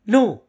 No